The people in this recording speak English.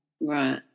right